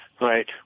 Right